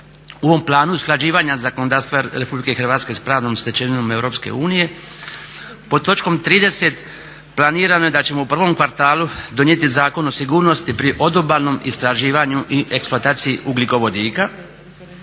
u ovom planu usklađivanja zakonodavstva RH sa pravnom stečevinom EU pod točkom 30. planirano je da ćemo u prvom kvartalu donijeti Zakon o sigurnosti pri odobalnom istraživanju i eksploataciji ugljikovodika,